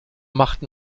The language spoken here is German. machten